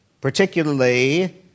particularly